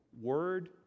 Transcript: Word